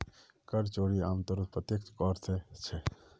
कर चोरी आमतौरत प्रत्यक्ष कर स कर छेक